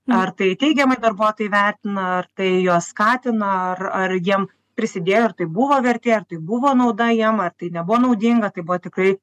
ar tai teigiamai darbuotojai vertina ar tai juos skatina ar ar jiem prisidėjo ar tai buvo vertė ar tai buvo nauda jiem ar tai nebuvo naudinga tai buvo tikrai